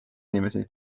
inimesi